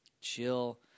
chill